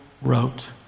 wrote